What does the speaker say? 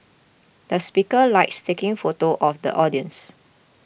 the speaker likes taking photos of the audience